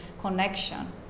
connection